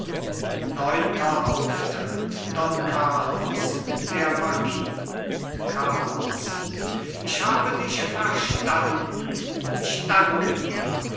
neunter auftritt don carlos der marquis carlos ich habe dich verstanden ich danke dir